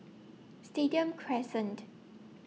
Stadium Crescent